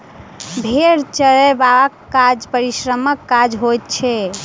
भेंड़ चरयबाक काज परिश्रमक काज होइत छै